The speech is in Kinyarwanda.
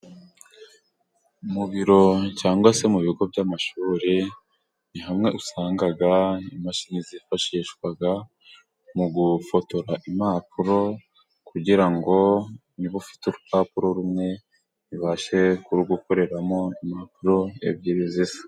Mu biro cyangwa se mu bigo by'amashuri, ni hamwe usanga imashini zifashishwa mu gufotora impapuro, kugira ngo niba ufite urupapuro rumwe ibashe kurugukoreramo impapuro ebyiri zisa.